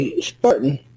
Spartan